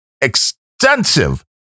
extensive